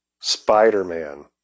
spider-man